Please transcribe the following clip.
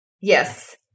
Yes